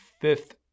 fifth